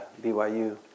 BYU